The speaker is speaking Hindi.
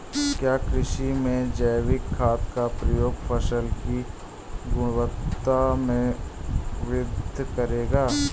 क्या कृषि में जैविक खाद का प्रयोग फसल की गुणवत्ता में वृद्धि करेगा?